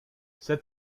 set